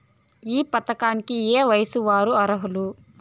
ఈ పథకానికి ఏయే వయస్సు వారు అర్హులు?